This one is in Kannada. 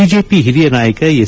ಬಿಜೆಪಿ ಹಿರಿಯ ನಾಯಕ ಎಸ್